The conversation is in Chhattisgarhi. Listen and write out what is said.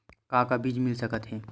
का का बीज मिल सकत हे?